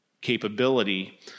capability